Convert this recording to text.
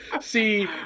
see